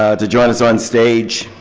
ah to join us on stage.